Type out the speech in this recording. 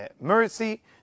mercy